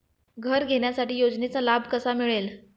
घर घेण्यासाठी योजनेचा लाभ कसा मिळेल?